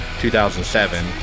2007